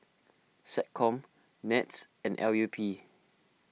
SecCom NETS and L U P